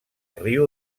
riu